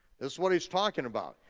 is what he's talking about.